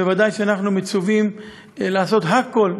ודאי שאנחנו מצווים לעשות הכול,